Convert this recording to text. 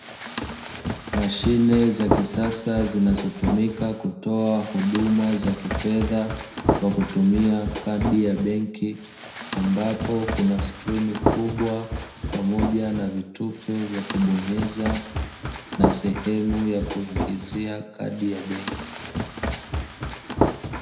Mashine za kisasa zinazotumika kutoa huduma za kifedha kwa kutumia kadi ya benki, ambapo kuna skrini kubwa yenye vitufe vya kubonyeza na sehemu ya kuingizia kadi ya benki.